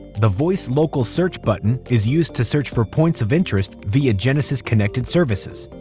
the voice local search button, is used to search for points of interest via genesis connected services.